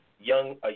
young